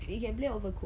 we can play overcook